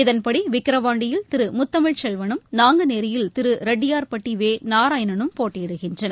இதன்படி விர்வாண்டியில் திரு முத்தமிழ்ச்செல்வனும் நாங்குநேரில் திரு ரெட்டியார்பட்டி வெ நாராயணனும் போட்டியிடுகின்றனர்